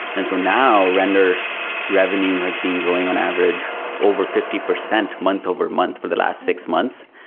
and so now, render s revenue has been growing on average over fifty percent month-over-month for the last six months.